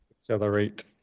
accelerate